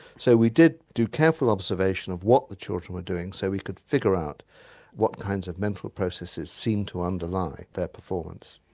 so we did do careful observation of what the children were doing so we could figure out what kinds of mental processes seemed to underlie their performance.